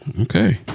Okay